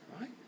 Right